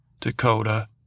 Dakota